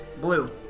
Blue